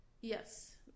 Yes